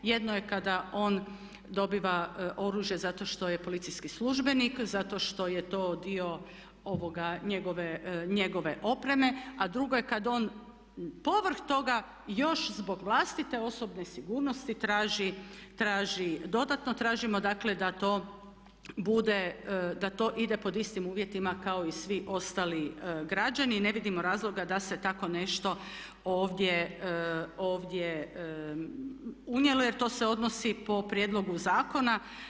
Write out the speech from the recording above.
Jedno je kada on dobiva oružje zato što je policijski službenik, zato što je to dio njegove opreme, a drugo je kad ono povrh toga još zbog vlastite osobne sigurnosti traži, dodatno tražimo, dakle da to bude, da to ide pod istim uvjetima kao i svi ostali građani i ne vidimo razloga da se tako nešto ovdje unijelo, jer to se odnosi po prijedlogu zakona.